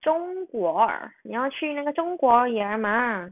中国儿你要去那个中国人吗